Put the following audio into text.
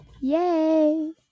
Yay